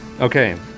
Okay